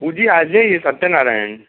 पुजा हाजी सत्यनारायण